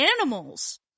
animals